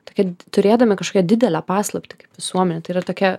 tokia turėdami kažkokią didelę paslaptį kaip visuomenė tai yra tokia